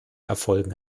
erfolgen